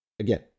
Again